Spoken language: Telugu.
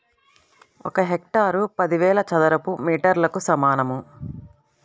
ఒక హెక్టారు పదివేల చదరపు మీటర్లకు సమానం